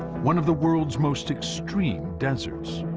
one of the world's most extreme deserts.